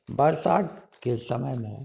वर्षाके समयमे